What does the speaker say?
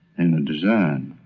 and the design.